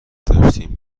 داشتیم